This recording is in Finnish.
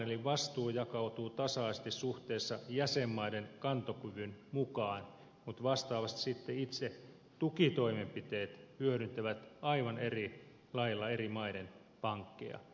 eli vastuu jakautuu tasaisesti suhteessa jäsenmaiden kantokyvyn mukaan mutta vastaavasti sitten itse tukitoimenpiteet hyödyntävät aivan eri lailla eri maiden pankkeja